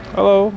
Hello